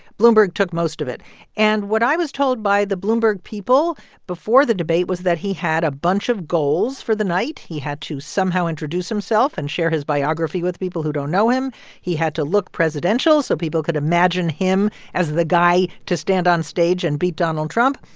bloomberg took most of it and what i was told by the bloomberg people before the debate was that he had a bunch of goals for the night. he had to somehow introduce himself and share his biography with people who don't know him. he had to look presidential so people could imagine him as the guy to stand on stage and beat donald trump.